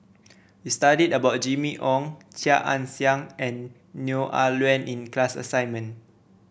we studied about Jimmy Ong Chia Ann Siang and Neo Ah Luan in class assignment